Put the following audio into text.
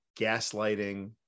gaslighting